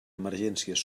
emergències